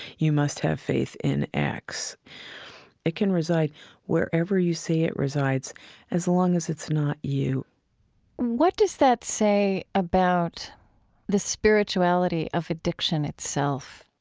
you must have faith in x it can reside wherever you say it resides as long as it's not you what does that say about the spirituality of addiction itself?